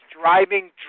driving